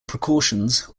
precautions